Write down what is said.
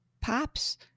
pops